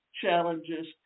challenges